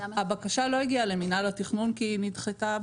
הבקשה לא הגיעה למינהל התכנון כי היא נדחתה